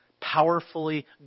powerfully